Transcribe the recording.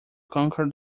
conquer